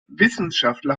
wissenschaftler